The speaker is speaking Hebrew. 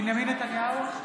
בנימין נתניהו,